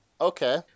Okay